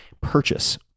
purchase